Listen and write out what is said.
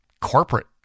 corporate